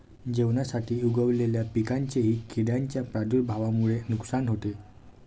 जेवणासाठी उगवलेल्या पिकांचेही किडींच्या प्रादुर्भावामुळे नुकसान होते